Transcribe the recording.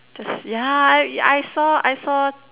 just yeah I I saw I saw